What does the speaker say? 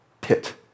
pit